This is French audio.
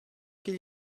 qu’il